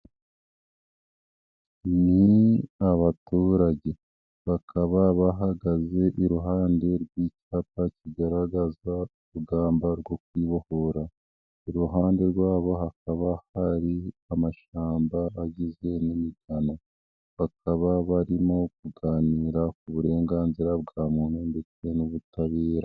Ni abaturage, bakaba bahagaze iruhande rw'icyapa kigaragaza urugamba rwo kwibohora, iruhande rwabo hakaba hari amashyamba agizwe n'imigano, bakaba barimo kuganira ku burenganzira bwa muntu ndetse n'ubutabera.